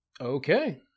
Okay